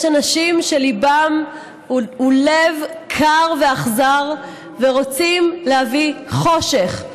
יש אנשים שליבם הוא לב קר ואכזר ורוצים להביא חושך.